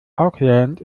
auckland